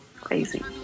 Crazy